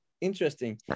Interesting